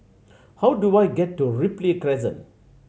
how do I get to Ripley Crescent